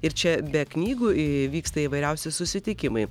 ir čia be knygų vyksta įvairiausi susitikimai